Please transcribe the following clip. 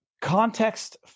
context